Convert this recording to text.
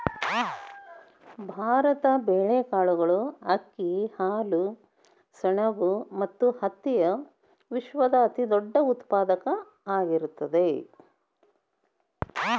ಭಾರತ ಬೇಳೆ, ಕಾಳುಗಳು, ಅಕ್ಕಿ, ಹಾಲು, ಸೆಣಬ ಮತ್ತ ಹತ್ತಿಯ ವಿಶ್ವದ ಅತಿದೊಡ್ಡ ಉತ್ಪಾದಕ ಆಗೈತರಿ